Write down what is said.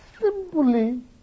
simply